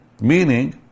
meaning